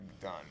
done